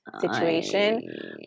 situation